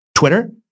Twitter